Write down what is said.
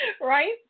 right